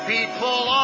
People